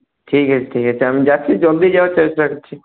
ঠিক আছে ঠিক আছে আমি যাচ্ছি জলদি যাওয়ার চেষ্টা করছি